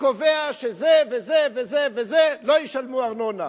וקובע שזה וזה וזה וזה לא ישלמו ארנונה.